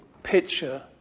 picture